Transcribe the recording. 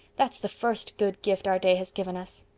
that's the first good gift our day has given us.